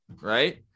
right